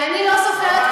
ממש לא.